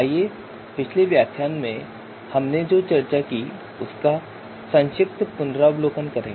आइए पिछले व्याख्यान में हमने जो चर्चा की उसका संक्षिप्त पुनरावलोकन करें